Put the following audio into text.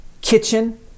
kitchen